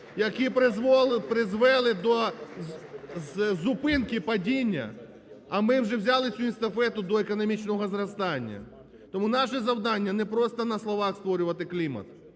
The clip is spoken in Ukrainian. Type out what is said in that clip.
які призвели до зупинки падіння, а ми вже взяли цю естафету до економічного зростання. Тому наше завдання не просто на словах створювати клімат